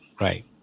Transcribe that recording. right